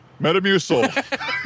Metamucil